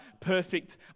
perfect